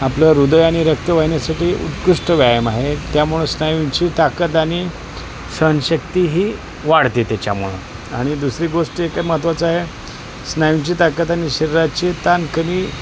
आपलं हृदय आणि रक्तवहिन्यासाठी उत्कृष्ट व्यायाम आहे त्यामुळं स्नायूंची ताकद आणि सहनशक्ती ही वाढते त्याच्यामुळं आणि दुसरी गोष्ट एक महत्त्वाचं आहे स्नायूंची ताकद आणि शरीराची ताण कमी